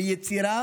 ביצירה,